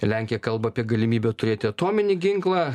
ir lenkija kalba apie galimybę turėti atominį ginklą